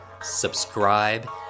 subscribe